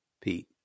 Pete